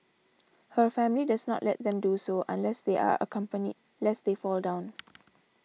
her family does not let them do so unless they are accompanied lest they fall down